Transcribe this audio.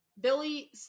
Billy